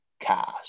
cast